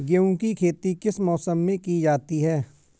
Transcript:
गेहूँ की खेती किस मौसम में की जाती है?